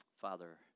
Father